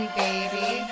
baby